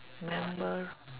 memo~